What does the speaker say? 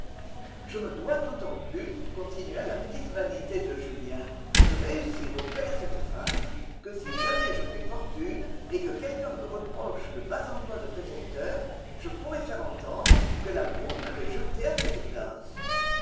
je me dois d'autant plus continua la petite vanité de julien de réussir auprès de cette femme que si jamais je fais fortune et que quelqu'un me reproche le bas emploi de précepteur je pourrai faire entendre que l'amour m'avait jeté à cette place